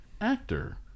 actor